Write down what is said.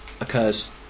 occurs